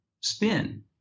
spin